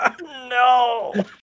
No